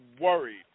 worried